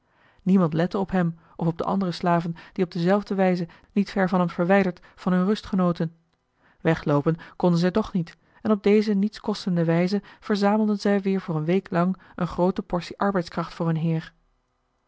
niemand lette op hem of op de andere slaven die op dezelfde wijze niet ver van hem verwijderd van hun rust genoten wegloopen konden zij toch niet en op deze niets kostende wijze verzamelden zij weer voor een week lang een groote portie arbeidskracht voor hun heer